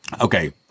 Okay